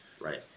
Right